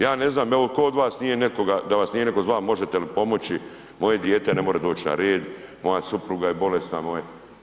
Ja ne znam evo, tko od vas nije nekoga, da vas nije netko zvao možete li pomoći, moje dijete ne može doći na red, moja supruga je bolesna, moje…